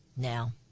Now